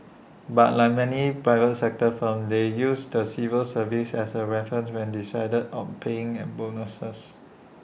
but like many private sector firms they use the civil service as A reference when deciding on paying and bonuses